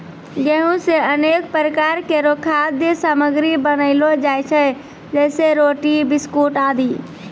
गेंहू सें अनेक प्रकार केरो खाद्य सामग्री बनैलो जाय छै जैसें रोटी, बिस्कुट आदि